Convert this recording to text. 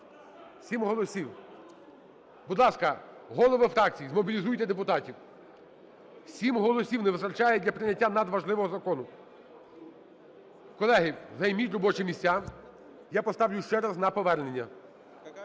7 голосів. Будь ласка, голови фракцій, змобілізуйте депутатів. 7 голосів не вистачає для прийняття надважливого закону. Колеги, займіть робочі місця, я поставлю ще раз на повернення.